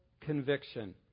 conviction